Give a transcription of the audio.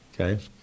okay